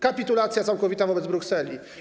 Kapitulacja całkowita wobec Brukseli.